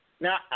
Now